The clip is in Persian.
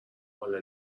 حالا